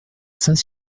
saint